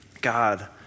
God